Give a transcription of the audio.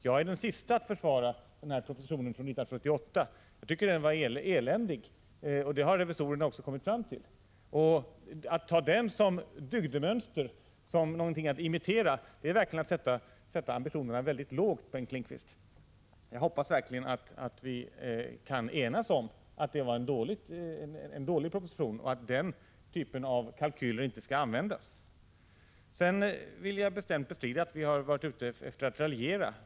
Jag är den siste att försvara propositionen från 1978. Jag tycker att den var eländig. Det har revisorerna också kommit fram till. Att ta den som dygdemönster och något att imitera är verkligen att sätta ambitionerna mycket lågt, Bengt Lindqvist. Jag hoppas verkligen att vi kan enas om att det var en dålig proposition och att den typen av kalkyler inte skall användas. Jag vill bestämt bestrida att vi har varit ute efter att raljera.